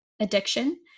addiction